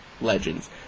Legends